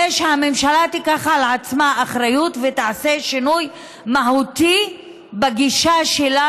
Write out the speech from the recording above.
זה שהממשלה תיקח על עצמה אחריות ותעשה שינוי מהותי בגישה שלה